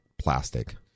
plastic